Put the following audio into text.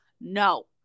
no